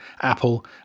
apple